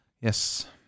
yes